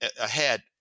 ahead